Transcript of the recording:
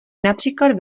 například